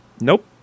nope